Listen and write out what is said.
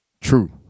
True